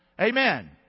Amen